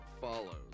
follows